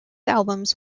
albums